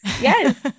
Yes